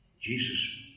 Jesus